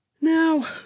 now